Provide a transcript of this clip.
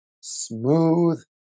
smooth